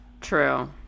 True